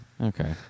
okay